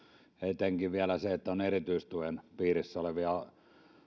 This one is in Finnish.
etenkin vielä niihin joissa on erityistuen piirissä olevia